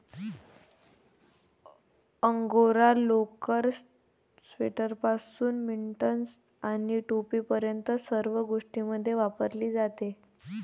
angora लोकर, स्वेटरपासून mittens आणि टोपीपर्यंत सर्व गोष्टींमध्ये वापरली जाते